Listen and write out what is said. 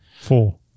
Four